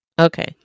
Okay